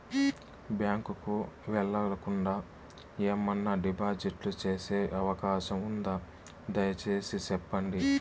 Bank కు వెళ్లకుండా, ఏమన్నా డిపాజిట్లు సేసే అవకాశం ఉందా, దయసేసి సెప్పండి?